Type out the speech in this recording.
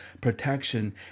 protection